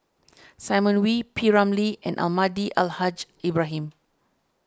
Simon Wee P Ramlee and Almahdi Al Haj Ibrahim